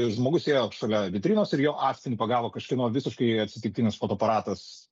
žmogus ėjo šalia vitrinos ir jo atspindį pagavo kažkieno visiškai atsitiktinis fotoaparatas